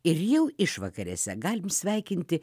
ir jau išvakarėse galim sveikinti